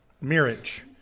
marriage